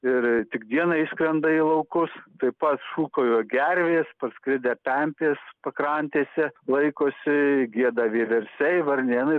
ir tik dieną išskrenda į laukus tai pat šūkauja gervės parskridę pempės pakrantėse laikosi gieda vieversiai varnėnai